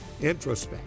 introspect